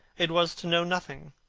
it was to know nothing.